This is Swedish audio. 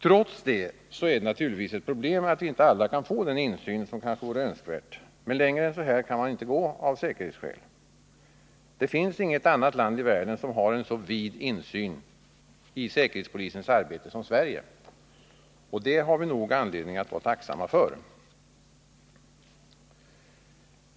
Trots det är det naturligtvis ett problem, att vi inte alla kan få den insyn som kanske vore önskvärd, men längre än så här kan man inte gå av säkerhetsskäl. Det finns inget annat land i världen som har en så vid insyn i säkerhetspolisens arbete som Sverige, och det har vi nog anledning att vara tacksamma för.